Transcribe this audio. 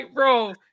Bro